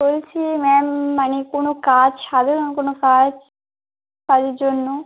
বলছি ম্যাম মানে কোনো কাজ সাধারণ কোনো কাজ কাজের জন্য